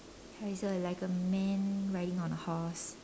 ya it's a like a man riding on a horse